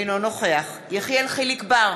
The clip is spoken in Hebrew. אינו נוכח יחיאל חיליק בר,